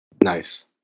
Nice